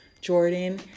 Jordan